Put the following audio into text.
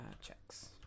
Checks